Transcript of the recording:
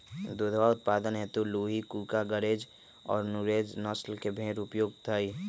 दुधवा उत्पादन हेतु लूही, कूका, गरेज और नुरेज नस्ल के भेंड़ उपयुक्त हई